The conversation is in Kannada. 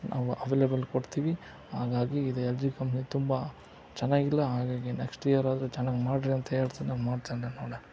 ನಾವು ಅವೇಲೆಬಲ್ ಕೊಡ್ತೀವಿ ಹಾಗಾಗಿ ಇದು ಎಲ್ ಜಿ ಕಂಪ್ನಿ ತುಂಬ ಚೆನ್ನಾಗಿಲ್ಲ ಹಾಗಾಗಿ ನೆಕ್ಸ್ಟ್ ಇಯರ್ ಆದರೂ ಚೆನ್ನಾಗಿ ಮಾಡಿರಿ ಅಂತ ಹೇಳ್ತಾ ನಮ್ಮ